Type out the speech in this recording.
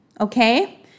okay